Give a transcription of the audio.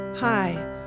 Hi